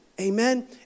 Amen